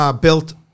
built